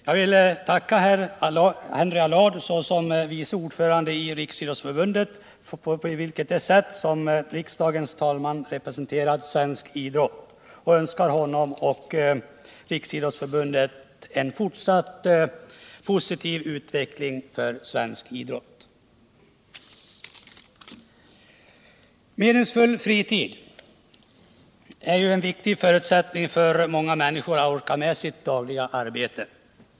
Jag vill tacka Henry Allard i hans egenskap av vice ordförande i Riksidrottsförbundet för det sätt på vilket han representerat svensk idrott. Jag önskar honom och Riksidrottsförbundet lycka till i fortsättningen, till båtnad för svensk idrott. Meningsfull fritid är ju en viktig förutsättning för många människor när det gäller att orka med det dagliga arbetet.